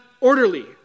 orderly